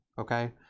okay